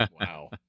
Wow